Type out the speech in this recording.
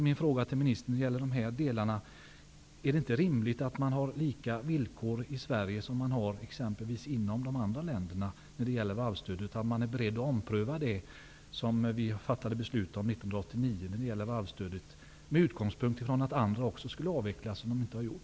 Min fråga till ministern blir därför: Är det inte rimligt att ha lika villkor i Sverige som i andra länder när det gäller varvsstödet -- dvs. att man är beredd att ompröva det beslut om varvsstödet som vi fattade beslut om 1989 med utgångspunkt i att andra också skulle avveckla men som de inte har gjort?